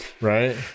right